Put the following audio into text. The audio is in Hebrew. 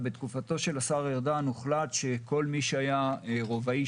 בתקופתו של השר ארדן הוחלט שכל מי שהיה רובאי